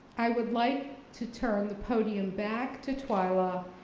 i would like to turn the podium back to twyla,